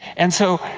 and so,